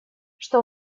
что